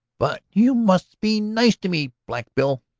but you must be nice to me, black bill.